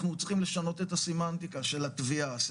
אנחנו צריכים לשנות את הסמנטיקה של התביעה את